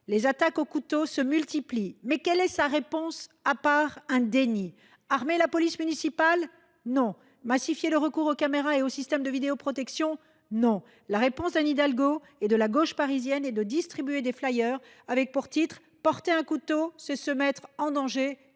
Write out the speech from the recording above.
Les attaques au couteau se multiplient, mais quelle est sa réponse, à part le déni ? Arme t elle sa police municipale ? Non ! Massifie t elle le recours aux caméras et aux systèmes de vidéoprotection ? Non ! La réponse d’Anne Hidalgo et de la gauche parisienne est de distribuer des dépliants intitulés :« Porter un couteau, c’est se mettre en danger,